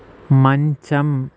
మంచం